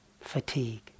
fatigue